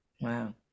Wow